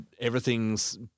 everything's